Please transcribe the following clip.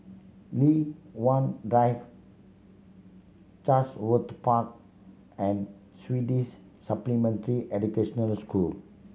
Li Hwan Drive Chatsworth Park and Swedish Supplementary Educational School